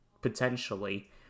potentially